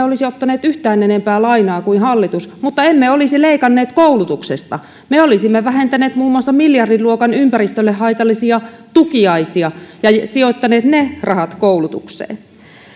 olisi ottaneet yhtään enempää lainaa kuin hallitus mutta emme olisi leikanneet koulutuksesta me olisimme vähentäneet muun muassa ympäristölle haitallisia miljardinluokan tukiaisia ja sijoittaneet ne rahat koulutukseen